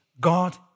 God